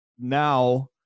Now